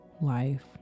life